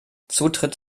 zutritt